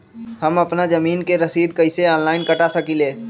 हम अपना जमीन के रसीद कईसे ऑनलाइन कटा सकिले?